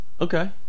Okay